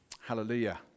hallelujah